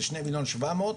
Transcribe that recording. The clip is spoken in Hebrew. זה שני מיליון שבע מאות.